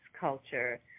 culture